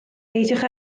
peidiwch